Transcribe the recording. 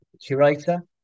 curator